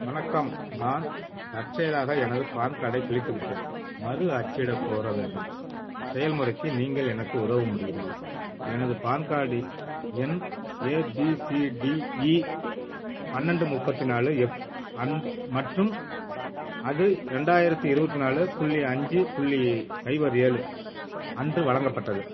வணக்கம் நான் தற்செயலாக எனது பான் கார்டைக் கிழித்துவிட்டேன் மறு அச்சிடக் கோர வேண்டும் செயல்முறைக்கு நீங்கள் எனக்கு உதவ முடியுமா எனது பான் கார்டு எண் ஏபிசிடிஈ பன்னெண்டு முப்பத்து நாலு எஃப் அண்ட் மற்றும் அது ரெண்டாயிரத்து இருபத்தி நாலு புள்ளி அஞ்சு புள்ளி சைபர் ஏழு அன்று வழங்கப்பட்டது